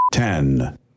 Ten